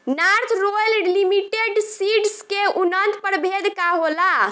North Royal Limited Seeds के उन्नत प्रभेद का होला?